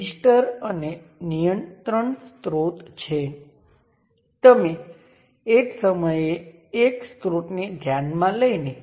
તેનો અર્થ એ છે કે નેટવર્ક N સંપૂર્ણપણે લિનિયર છે અને સૌથી અગત્યનું આપણી પાસે અંદર ઇન્ડિપેન્ડન્ટ સોર્સ નથી આ સંપૂર્ણપણે લિનિયર બે પોર્ટ છે